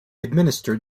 administered